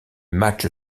match